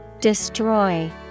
Destroy